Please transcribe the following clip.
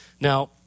Now